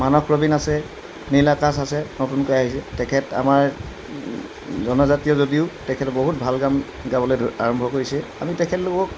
মানস ৰবিন আছে নীল আকাশ আছে নতুনকৈ আহিছে তেখেত আমাৰ জনজাতীয় যদিও তেখেত বহুত ভাল গান গাবলৈ ধ আৰম্ভ কৰিছে আমি তেখেতলোকক